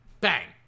Bang